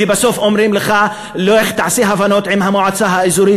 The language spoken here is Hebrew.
ובסוף אומרים לך: לך תעשה הבנות עם המועצה האזורית,